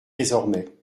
désormais